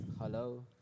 Hello